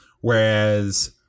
Whereas